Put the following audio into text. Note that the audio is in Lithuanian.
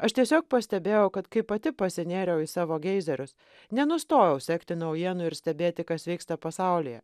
aš tiesiog pastebėjau kad kai pati pasinėriau į savo geizerius nenustojau sekti naujienų ir stebėti kas vyksta pasaulyje